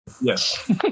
Yes